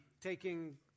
taking